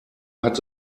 hat